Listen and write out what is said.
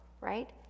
right